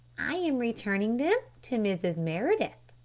i am returning them to mrs. meredith,